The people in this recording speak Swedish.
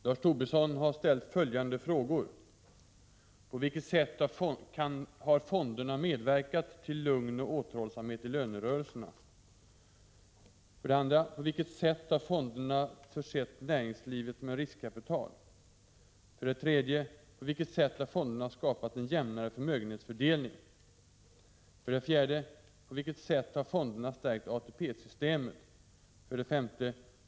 Herr talman! Lars Tobisson har ställt följande frågor: 1. På vilket sätt har fonderna medverkat till lugn och återhållsamhet i lönerörelserna? På vilket sätt har fonderna försett näringslivet med riskkapital? På vilket sätt har fonderna skapat en jämnare förmögenhetsfördelning? På vilket sätt har fonderna stärkt ATP-systemet?